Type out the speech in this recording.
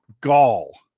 gall